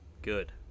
Good